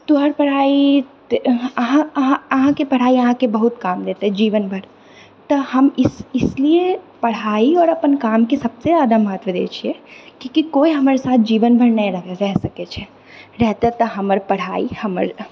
तोहर पढ़ाइ अहाँ अहाँ अहाँ अहाँकेँ पढ़ाइ अहाँकेँ बहुत काम देतै जीवन भरि तऽ हम इस इसलिए पढ़ाइ आओर अपन कामके सबसँ जादा महत्व दए छिऐ क्यूँकि केओ हमर साथ जीवन भरि नहि रहि सकैत छै रहतै तऽ हमर पढ़ाइ हमर